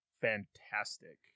fantastic